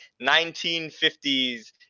1950s